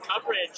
coverage